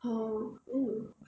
orh mm